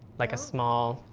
like a small,